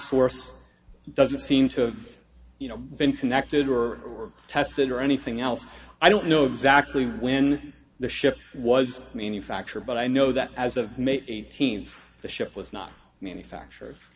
source doesn't seem to you know been connected or tested or anything else i don't know exactly when the ship was manufactured but i know that as of may eighteenth the ship was not manufacture